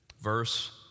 Verse